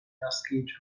naskiĝo